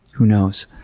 who knows?